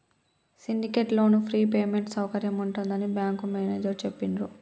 syndicate loan free payment సౌకర్యం ఉంటుందని bank manager చెప్పిండ్రు